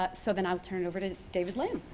but so then i'll turn over to david lam.